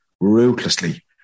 ruthlessly